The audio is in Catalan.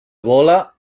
gola